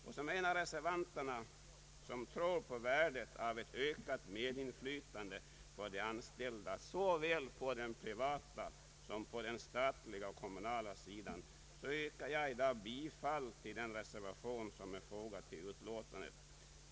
Såsom en av reservanterna, som tror på värdet av ett ökat medinflytande för de anställda på såväl den privata som den statliga och kommunala sidan, yrkar jag i dag bifall till den reservation som är fogad till utlåtandet.